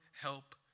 help